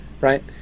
right